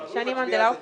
אני חושב שגם פולקמן נגד.